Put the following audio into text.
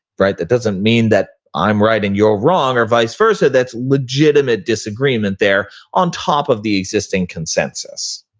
right? that doesn't mean that i'm right and you're wrong, or vice versa. that's legitimate disagreement there on top of the existing consensus,